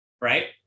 right